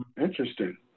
Interesting